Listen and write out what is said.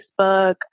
Facebook